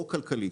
או כלכלית,